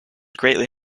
greatly